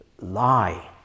lie